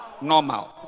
Normal